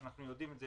אנחנו יודעים את זה,